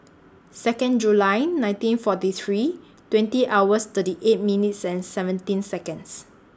Second July nineteen forty three twenty hours thirty eight minutes and seventeen Seconds